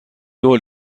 هول